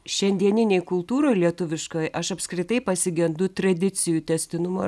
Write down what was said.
šiandieninėj kultūroj lietuviškoj aš apskritai pasigendu tradicijų tęstinumo